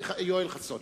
יואל חסון.